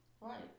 Right